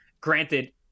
granted